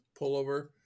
pullover